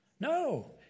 No